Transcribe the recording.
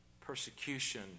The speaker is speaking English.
persecution